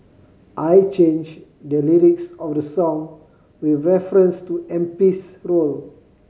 I changed the lyrics of the song with reference to MP's role